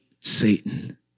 Satan